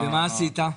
ומה עשית?